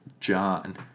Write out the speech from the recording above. John